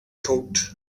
coat